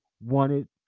wanted